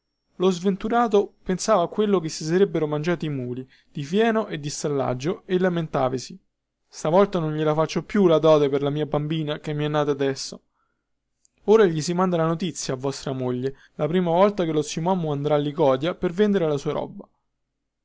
lo sventurato pensava a quello che si sarebbero mangiati i muli di fieno e di stallaggio e lamentavasi stavolta non gliela faccio più la dote per la mia bambina che mi è nata adesso ora gli si manda la notizia a vostra moglie la prima volta che lo zio mommu andrà a licodia per vendere la sua roba